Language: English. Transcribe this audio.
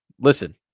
listen